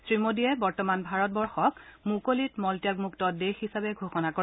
শ্ৰীমোডীয়ে বৰ্তমান ভাৰতবৰ্ষক মুকলিত মলত্যাগমুক্ত দেশ হিচাপে ঘোষণা কৰে